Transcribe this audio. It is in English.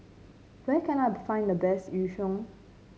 where can I find the best Yu Sheng